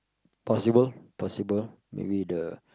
possible possible maybe the